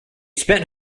spent